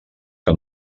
que